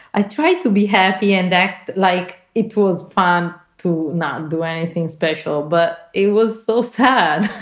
i tried to be happy and act like it was fun to not do anything special, but it was so sad.